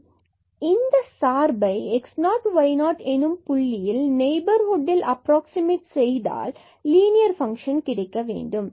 இதனை இந்த சார்பைx0y0 எனும் புள்ளிகள் நெய்பர்ஹுட் அப்ராக்ஸிமட் செய்தால் லீனியர் பங்க்ஷன் கிடைக்க வேண்டும்